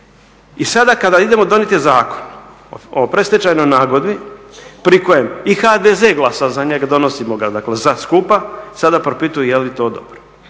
I sada kada idemo donijeti Zakon o predstečajnoj nagodbi pri kojem i HDZ glasa za njega, donosimo ga dakle za, skupa sada propituju je li to dobro.